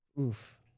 Oof